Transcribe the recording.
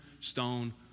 stone